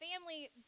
family